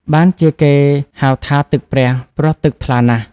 បានជាគេហៅថា "ទឹកព្រះ" ព្រោះទឹកថ្លាណាស់។